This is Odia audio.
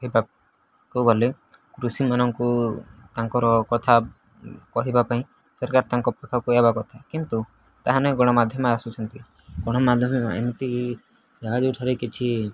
ହେବାକୁ ଗଲେ କୃଷିମାନଙ୍କୁ ତାଙ୍କର କଥା କହିବା ପାଇଁ ସରକାର ତାଙ୍କ ପାଖାକୁ ଏମିତି କଥା କିନ୍ତୁ ତାହା ଗଣମାଧ୍ୟମେ ଆସୁଛି ଗଣମାଧ୍ୟମ ଏମିତି ଜାଗା ଯୋଉଠାରେ କିଛି